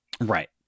Right